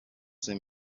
sent